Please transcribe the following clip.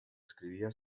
escribía